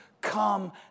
come